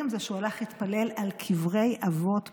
זה שהוא הלך להתפלל על קברי האבות בחברון.